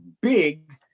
big